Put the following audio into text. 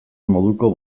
moduko